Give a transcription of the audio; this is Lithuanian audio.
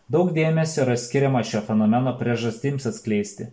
daug dėmesio yra skiriama šio fenomeno priežastims atskleisti